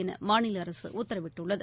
என மாநில அரசு உத்தரவிட்டுள்ளது